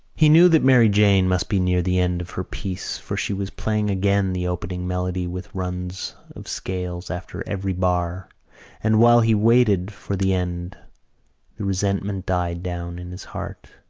he knew that mary jane must be near the end of her piece for she was playing again the opening melody with runs of scales after every bar and while he waited for the end the resentment died down in his heart.